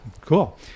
Cool